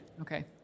okay